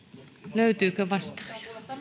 löytyykö vastaajaa